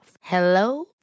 Hello